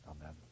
Amen